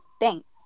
Thanks